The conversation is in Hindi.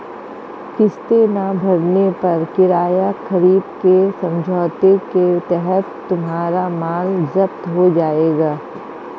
किस्तें ना भरने पर किराया खरीद के समझौते के तहत तुम्हारा माल जप्त हो जाएगा